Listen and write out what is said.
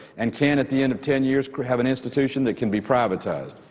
and can at the end of ten years have an institution that can be privatized.